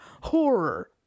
horror